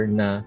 na